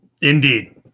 Indeed